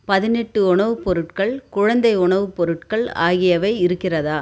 பதினெட்டு உணவுப் பொருட்கள் குழந்தை உணவுப் பொருட்கள் ஆகியவை இருக்கிறதா